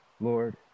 lord